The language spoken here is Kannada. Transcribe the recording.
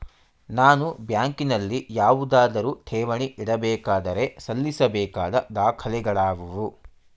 ನಾನು ಬ್ಯಾಂಕಿನಲ್ಲಿ ಯಾವುದಾದರು ಠೇವಣಿ ಇಡಬೇಕಾದರೆ ಸಲ್ಲಿಸಬೇಕಾದ ದಾಖಲೆಗಳಾವವು?